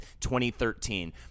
2013